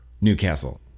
Newcastle